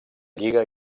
lliga